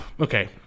okay